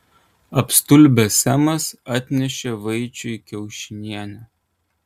apstulbęs semas atnešė vaičiui kiaušinienę